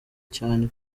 cyane